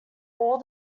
all